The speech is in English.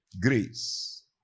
Grace